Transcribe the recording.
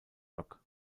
rock